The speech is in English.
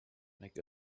make